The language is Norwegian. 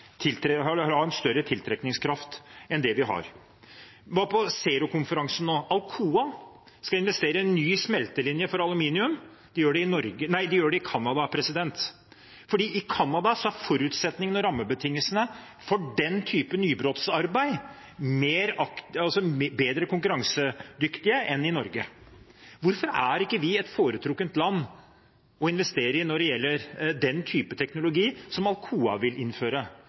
ha en større tiltrekningskraft enn det vi har. Vi var på Zerokonferansen nylig. Alcoa skal investere i en ny smeltelinje for aluminium, og det gjør de i Canada, for i Canada er forutsetningene og rammebetingelsene for den type nybrottsarbeid mer konkurransedyktig enn i Norge. Hvorfor er ikke vi et foretrukket land å investere i når det gjelder den type teknologi som Alcoa vil innføre?